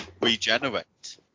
regenerate